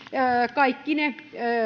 kaikkine